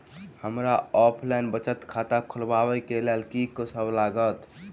हमरा ऑफलाइन बचत खाता खोलाबै केँ लेल की सब लागत?